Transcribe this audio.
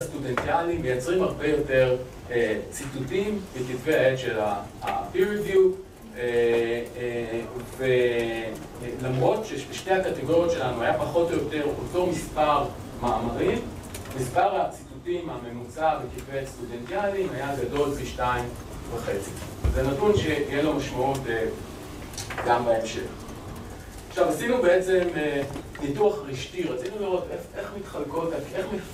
‫הסטודנטיאליים מייצרים הרבה יותר ‫ציטוטים בכתבי העת של ה-Peer Review, ‫ולמרות שבשתי הקטגוריות שלנו ‫היה פחות או יותר אותו מספר מאמרים, ‫המספר הציטוטים הממוצע ‫בכתבי העת הסטודנטיאליים ‫היה גדול פי שתיים וחצי. ‫זה נתון שיהיה לו משמעות גם בהמשך. ‫עכשיו, עשינו בעצם ניתוח רשתי. ‫רצינו לראות איך מתחלקות...